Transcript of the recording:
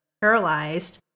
paralyzed